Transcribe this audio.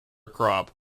crop